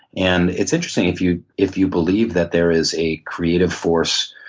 and it's interesting if you if you believe that there is a creative force,